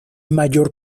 mayor